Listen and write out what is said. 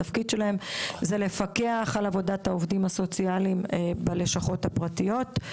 התפקיד שלהם זה לפקח על עבודת העובדים הסוציאליים בלשכות הפרטיות.